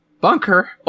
bunker